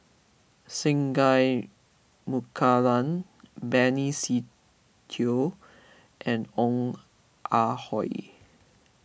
Singai Mukilan Benny Se Teo and Ong Ah Hoi